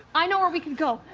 i know where we can go,